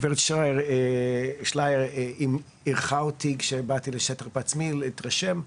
גב' שלייר אירחה אותי כשבאתי לשטח בעצמי להתרשם.